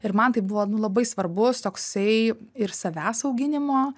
ir man tai buvo nu labai svarbus toksai ir savęs auginimo